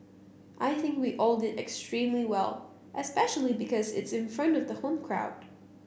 I think we all did extremely well especially because it's in front of the home crowd